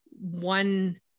one